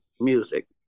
music